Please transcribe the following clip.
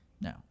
No